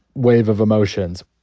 wave of emotions.